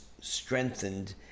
strengthened